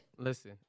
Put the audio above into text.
Listen